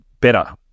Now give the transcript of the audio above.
better